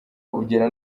ugera